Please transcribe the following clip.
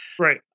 Right